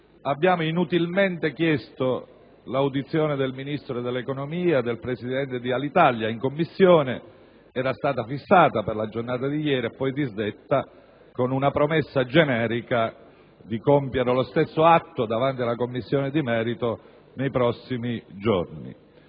Abbiamo inutilmente chiesto l'audizione del Ministro dell'economia e del presidente di Alitalia in Commissione: era stata fissata per la giornata di ieri, ma è stata poi disdetta con la promessa generica di compiere lo stesso atto davanti alla Commissione di merito nei prossimi giorni.